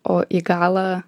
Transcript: o į galą